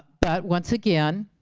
but once again,